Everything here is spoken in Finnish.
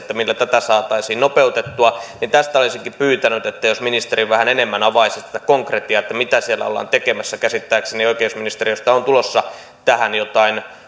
millä tätä saataisiin nopeutettua tästä olisinkin pyytänyt että ministeri vähän enemmän avaisi tätä konkretiaa sitä mitä siellä ollaan tekemässä käsittääkseni oikeusministeriöstä on tulossa tähän jotain